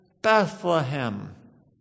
Bethlehem